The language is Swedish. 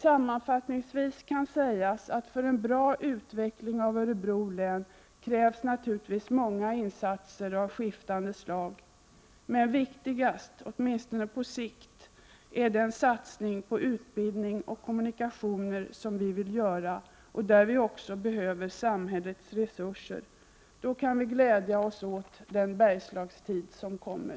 Sammanfattningsvis kan sägas att för en bra utveckling av Örebro län krävs naturligtvis många insatser av skiftande slag. Men viktigast — åtminstone på sikt — är den satsning på utbildning och kommunikationer som vi vill göra och där vi också behöver samhällets resurser. Då kan vi glädja oss åt den Bergslagstid som kommer!